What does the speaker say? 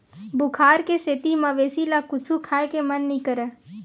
बुखार के सेती मवेशी ल कुछु खाए के मन नइ करय